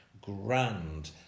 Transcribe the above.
grand